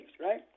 right